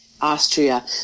Austria